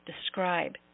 describe